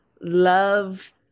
love